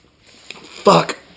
Fuck